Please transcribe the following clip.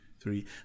three